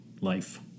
life